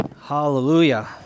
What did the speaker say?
Hallelujah